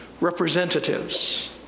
representatives